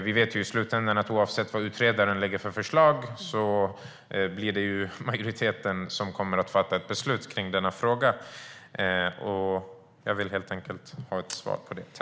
Vi vet i slutändan att oavsett vad utredaren lägger fram för förslag blir det majoriteten som kommer att fatta beslut i frågan. Jag vill helt enkelt ha ett svar på detta.